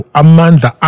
amanda